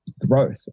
growth